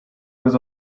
was